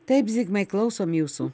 taip zigmai klausom jūsų